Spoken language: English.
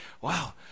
Wow